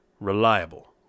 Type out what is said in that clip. reliable